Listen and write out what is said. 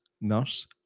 Nurse